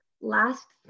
last